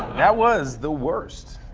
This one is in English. that was the worst.